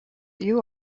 you